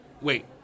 Wait